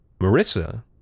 Marissa